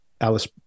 Alice